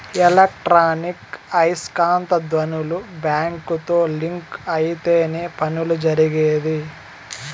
electronic ఐస్కాంత ధ్వనులు బ్యాంకుతో లింక్ అయితేనే పనులు జరిగేది